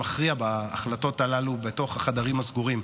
שמכריע בהחלטות הללו בתוך החדרים הסגורים,